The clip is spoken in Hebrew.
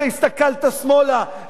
אתה הסתכלת שמאלה,